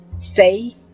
say